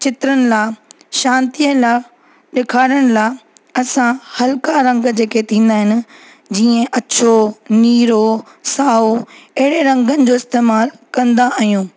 चित्रनि लाइ शांती लाइ सेखारण लाइ असां हलिका रंग जेके थींदा आहिनि जीअं अछो नीरो साओ अहिड़े रंगनि जो इस्तेमाल कंदा आहियूं